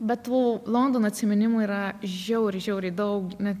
bet tų londono atsiminimų yra žiauriai žiauriai daug net